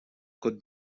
côte